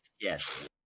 Yes